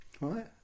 right